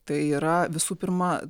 tai yra visų pirma